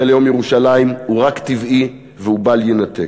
ליום ירושלים הוא רק טבעי ובל יינתק.